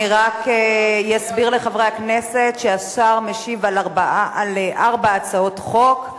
אני רק אסביר לחברי הכנסת שהשר משיב על ארבע הצעות חוק,